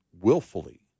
willfully